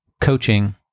coaching